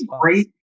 great